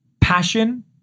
Passion